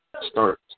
start